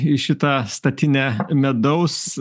į šitą statinę medaus